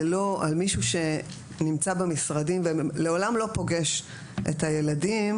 זה לא על מישהו שנמצא במשרדים ולעולם לא פוגש את הילדים,